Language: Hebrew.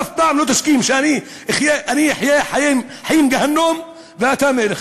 אף פעם לא תסכים שאני אחיה חיי גיהינום ואתה מלך.